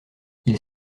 ils